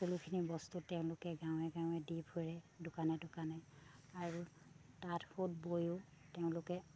সকলোখিনি বস্তু তেওঁলোকে গাঁৱে গাঁৱে দি ফুৰে দোকানে দোকানে আৰু তাঁত সুত বয়ো তেওঁলোকে